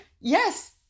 yes